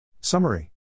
Summary